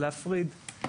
להפריד.